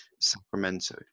Sacramento